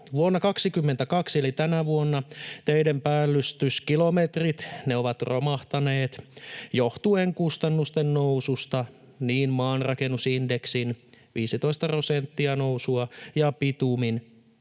Vuonna 2022 eli tänä vuonna teiden päällystyskilometrit ovat romahtaneet johtuen kustannusten noususta niin maanrakennusindeksin, 15 prosenttia